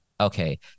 Okay